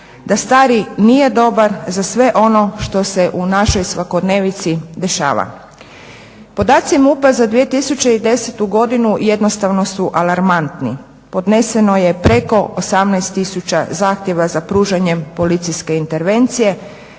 da stari nije dobar za sve ono što se u našoj svakodnevnici dešava. Podaci MUP-a za 2010. godinu jednostavno su alarmantni. Podneseno je preko 18 tisuća zahtjeva za pružanjem policijske intervencije,